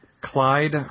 Clyde